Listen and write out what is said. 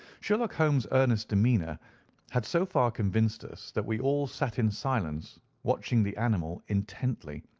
sherlock holmes' earnest demeanour had so far convinced us that we all sat in silence, watching the animal intently,